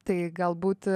tai galbūt